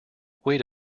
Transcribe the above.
wait